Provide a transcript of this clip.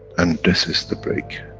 and this is the break,